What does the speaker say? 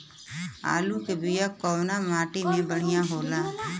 आलू के बिया कवना माटी मे बढ़ियां होला?